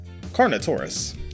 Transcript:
Carnotaurus